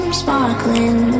sparkling